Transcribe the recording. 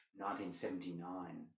1979